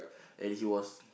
and he was